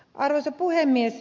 arvoisa puhemies